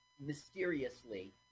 mysteriously